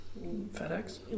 FedEx